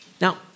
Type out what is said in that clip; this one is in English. Now